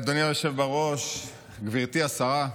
אדוני היושב בראש, גברתי השרה,